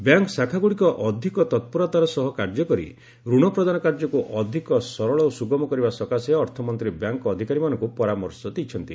bank ଶାଖାଗୁଡ଼ିକ ଅଧିକ ତ୍ପୂରତାର ସହ କାର୍ଯ୍ୟକରି ଋଣ ପ୍ରଦାନ କାର୍ଯ୍ୟକୁ ଅଧିକ ସରଳ ଓ ସୁଗମ କରିବା ସକାଶେ ଅର୍ଥମନ୍ତ୍ରୀ ବ୍ୟାଙ୍କ ଅଧିକାରୀମାନଙ୍କୁ ପରାମର୍ଶ ଦେଇଛନ୍ତି